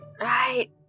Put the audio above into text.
Right